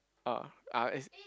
um ah it's